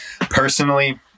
Personally